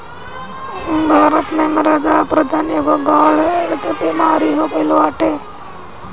भारत में मृदा अपरदन एगो गढ़ु बेमारी हो गईल बाटे